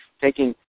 taking